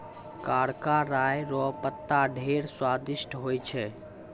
करका राय रो पत्ता ढेर स्वादिस्ट होय छै